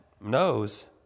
knows